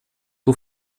por